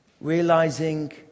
Realizing